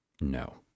No